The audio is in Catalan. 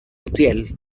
utiel